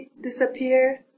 disappear